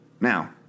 Now –